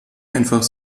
einfach